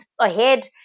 ahead